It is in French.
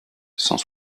cent